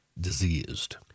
diseased